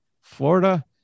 Florida